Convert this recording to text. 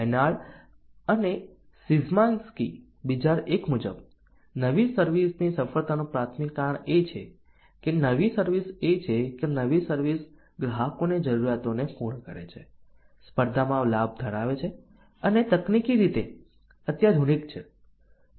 Henard અને Szymanski 2001 મુજબ નવી સર્વિસ ની સફળતાનું પ્રાથમિક કારણ એ છે કે નવી સર્વિસ એ છે કે નવી સર્વિસ ગ્રાહકોની જરૂરિયાતોને પૂર્ણ કરે છે સ્પર્ધામાં લાભ ધરાવે છે અને તકનીકી રીતે અત્યાધુનિક છે